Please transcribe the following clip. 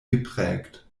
geprägt